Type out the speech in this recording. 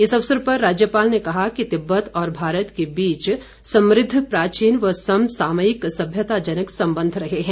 इस अवसर पर राज्यपाल ने कहा कि तिब्बत और भारत के बीच समृद्व प्राचीन और समसामयिक सभ्यताजनक संबंध रहे हैं